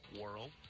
world